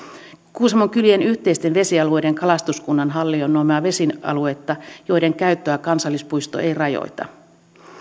kuusamon kylien yhteisten vesialueiden kalastuskunnan hallinnoimaa vesialuetta jonka käyttöä kansallispuisto ei rajoita